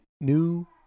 new